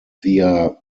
via